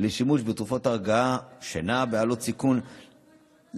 לשימוש בתרופות הרגעה ושינה בעלות סיכון לפיתוח